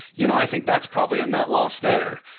you know i think that's probably a net loss there.